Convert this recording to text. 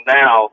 now